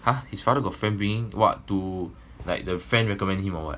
!huh! his father got friend bring him what to like the friend recommend him or what